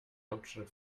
hauptstadt